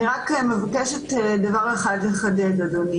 אני מבקשת לחדד דבר אחד, אדוני: